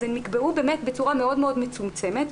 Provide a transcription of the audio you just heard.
הן נקבעו בצורה מאוד מאוד מצומצמת.